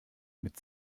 mit